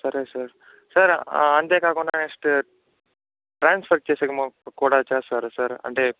సరే sir sir అంతేకాకుండా next మాకూడా చేస్తారా సార్ అంటే